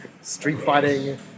street-fighting